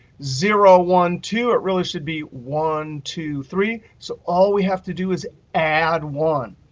zero, one, two. it really should be one, two, three. so all we have to do is add one.